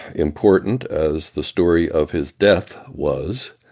important as the story of his death was,